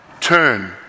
Turn